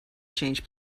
change